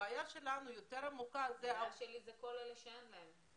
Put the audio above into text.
הבעיה העמוקה יותר היא --- הבעיה שלי היא כל אלה שאין להם.